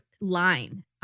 line